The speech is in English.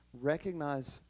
recognize